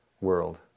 world